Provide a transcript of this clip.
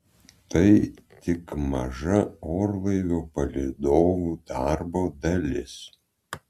tai tik maža orlaivio palydovų darbo dalis